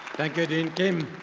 thank you, dean kim.